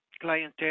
clientele